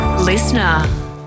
Listener